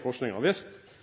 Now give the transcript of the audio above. Forskning, som alle hadde